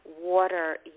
water